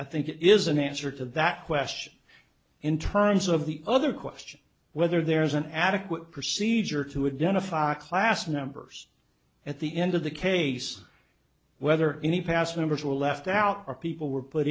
i think it is an answer to that question in terms of the other question whether there is an adequate procedure to have done a fox class numbers at the end of the case whether in the past members were left out or people were put